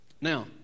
now